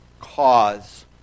cause